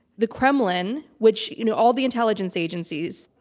the kremlin, which you know, all the intelligence agencies, you